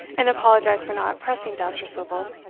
and apologized for not pressing dousterswivel,